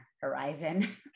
horizon